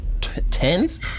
tens